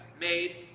made